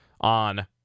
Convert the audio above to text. on